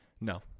No